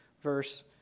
verse